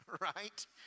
right